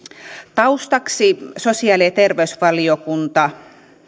taustaksi sosiaali ja terveysvaliokunta